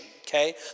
okay